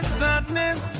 sadness